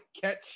catch